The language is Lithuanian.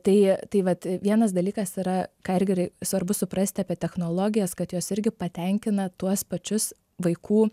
tai tai vat vienas dalykas yra ką irgi svarbu suprasti apie technologijas kad jos irgi patenkina tuos pačius vaikų